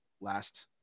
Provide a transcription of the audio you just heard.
last